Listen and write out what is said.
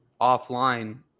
offline